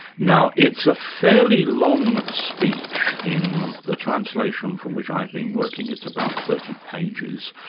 now it's a fairly long speech in the translation from which i've been working it's about thirty pages.